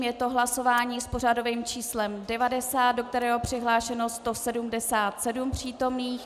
Je to hlasování s pořadovým číslem 90, do kterého je přihlášeno 177 přítomných.